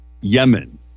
Yemen